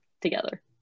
together